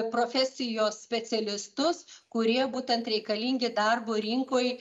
profesijos specialistus kurie būtent reikalingi darbo rinkoj